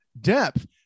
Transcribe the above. depth